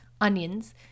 onions